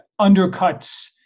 undercuts